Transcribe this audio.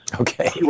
okay